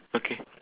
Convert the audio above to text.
okay